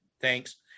Thanks